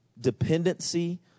Dependency